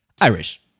Irish